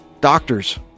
Doctors